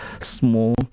small